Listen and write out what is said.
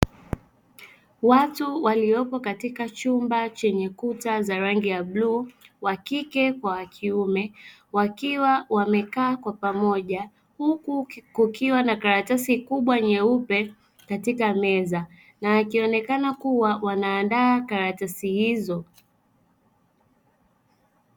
Watu waliopo katika chumba chenye kuta za rangi ya bluu wa kike kwa wa kiume wakiwa wamekaa kwa pamoja, huku kukiwa na karatasi kubwa nyeupe katika meza, na wakionekana kuwa wanaandaa karatasi hizo.